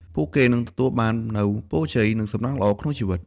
ពួកគេនឹងទទួលបាននូវពរជ័យ និងសំណាងល្អក្នុងជីវិត។